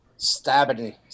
Stabbing